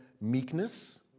meekness